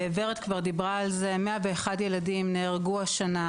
ורד כבר דיברה על זה, 101 ילדים נהרגו בשנת